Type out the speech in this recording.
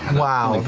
wow,